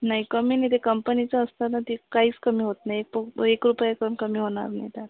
नाही कमी नाही ते कंपनीचं असतं ना ते काहीच कमी होत नाही पुप् एक रुपया पण कमी होणार नाही त्यात